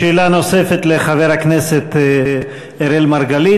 שאלה נוספת לחבר הכנסת אראל מרגלית.